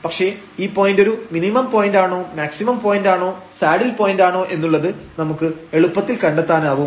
പക്ഷേ ഈ പോയന്റ് ഒരു മിനിമം പോയന്റ് ആണോ മാക്സിമം പോയന്റ് ആണോ സാഡിൽ പോയന്റ് ആണോ എന്നുള്ളത് നമുക്ക് എളുപ്പത്തിൽ കണ്ടെത്താനാവും